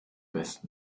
besten